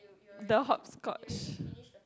the hopscotch